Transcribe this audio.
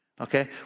Okay